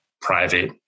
private